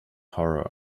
horror